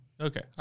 Okay